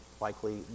likely